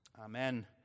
Amen